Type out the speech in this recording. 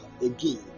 again